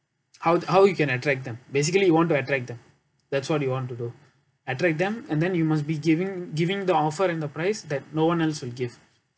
how how you can attract them basically you want to attract them that's what you want to do attract them and then you must be giving giving the offer and the price that no one else will give